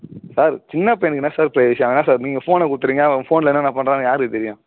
sir சின்ன பையனுக்கு என்ன சார் ப்ரைவஸி அதான் சார் நீங்கள் ஃபோனை குடுத்துடுறீங்க அவன் ஃபோனில் என்னன்ன பண்ணுறான்னு யாருக்கு தெரியும்